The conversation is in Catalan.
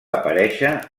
aparèixer